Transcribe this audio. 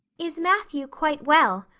is matthew quite well?